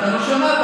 אתה לא שמעת,